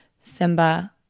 Simba